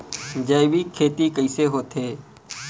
जैविक खेती कइसे होथे?